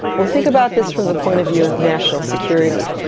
well, think about this from the point of view of national security.